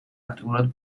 აქტიურად